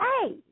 Hey